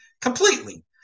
Completely